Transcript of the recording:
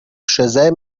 przeze